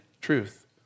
truth